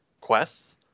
quests